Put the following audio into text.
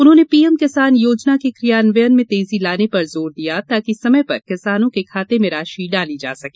उन्होंने पीएम किसान योजना के क्रियान्वयन में तेजी लाने पर जोर दिया ताकि समय पर किसानों के खाते में राशि डाली जा सके